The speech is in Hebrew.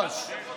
נתניהו,